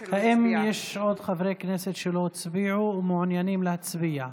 האם יש חברי כנסת שלא הצביעו ומעוניינים להצביע?